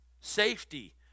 safety